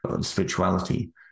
spirituality